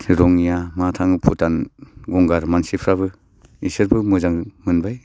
रङिया माबा थाङो भुटान गंगार मानसिफ्राबो इसोरबो मोजां मोनबाय